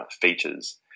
features